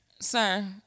sir